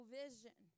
vision